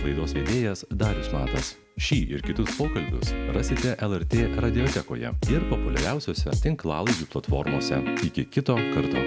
laidos vedėjas darius matas šį ir kitus pokalbius rasite lrt radiotekoje ir populiariausiose tinklalaidžių platformose iki kito karto